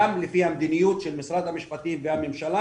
גם לפי המדיניות של משרד המשפטים והממשלה,